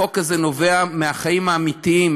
החוק הזה נובע מהחיים האמיתיים,